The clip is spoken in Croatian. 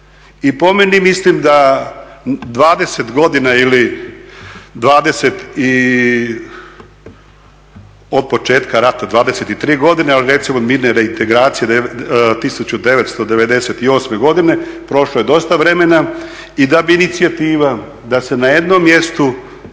I po meni mislim da 20 godina ili 23 godine, od početka rata 23 godine, od recimo mirne reintegracije 1998. godine prošlo je dosta vremena i da bi inicijativa da se na jednom mjestu